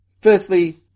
Firstly